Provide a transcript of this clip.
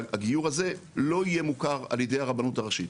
שהגיור הזה לא יהיה מוכר על ידי הרבנות הראשית.